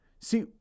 See